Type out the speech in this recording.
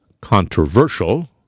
controversial